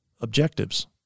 objectives